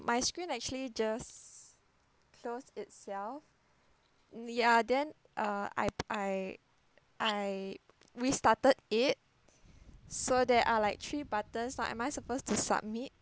my screen actually just closed itself yeah then uh I I I restarted it so there are like three buttons lah am I supposed to submit